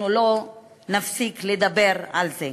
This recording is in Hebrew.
אנחנו לא נפסיק לדבר על זה.